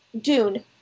Dune